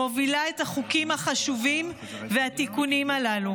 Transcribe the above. מובילה את החוקים החשובים והתיקונים הללו.